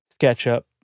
SketchUp